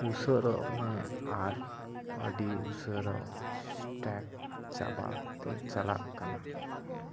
ᱩᱥᱟᱹᱨᱚᱜ ᱢᱮ ᱟᱨ ᱟᱰᱤ ᱩᱥᱟᱹᱨᱟ ᱥᱴᱮᱠ ᱪᱟᱵᱟᱜ ᱛᱮ ᱪᱟᱞᱟᱜ ᱠᱟᱱᱟ